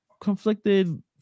conflicted